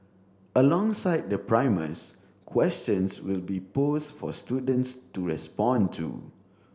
alongside the primers questions will be posed for students to respond to